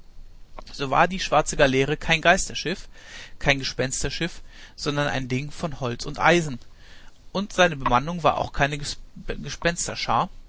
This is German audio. so war die schwarze galeere kein geisterschiff kein gespensterschiff sondern ein ding von holz und eisen und seine bemannung war auch keine